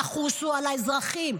תחוסו על האזרחים.